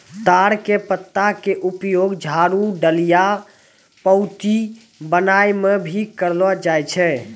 ताड़ के पत्ता के उपयोग झाड़ू, डलिया, पऊंती बनाय म भी करलो जाय छै